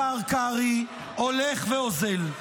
השר קרעי, הולך ואוזל.